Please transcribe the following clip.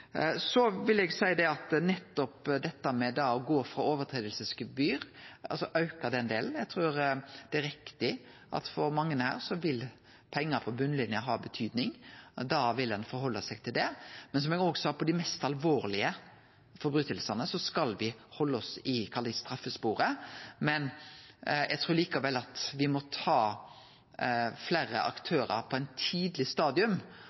Så vil eg seie at nettopp dette med å gå for brotsgebyr, altså å auka den delen, er riktig. For mange her vil pengane på botnlinja ha betyding, og da vil ein ta omsyn til det. Som eg òg sa, skal me halde oss i straffesporet for dei mest alvorlege brotsverka, men eg trur likevel me må ta fleire aktørar på eit tidleg stadium,